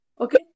Okay